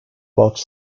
box